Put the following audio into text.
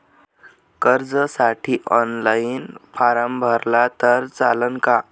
कर्जसाठी online form भरला तर चालन का?